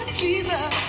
Jesus